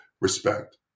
respect